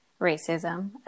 racism